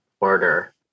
order